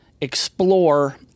explore